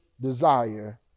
desire